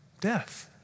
Death